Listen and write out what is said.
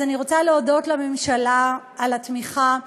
אז אני רוצה להודות לממשלה על התמיכה.